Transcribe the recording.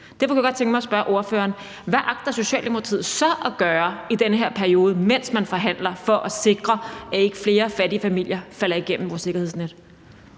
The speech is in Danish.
hvad Socialdemokratiet så agter at gøre i den her periode, mens man forhandler, for at sikre, at ikke flere fattige familier falder igennem vores sikkerhedsnet.